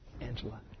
Angela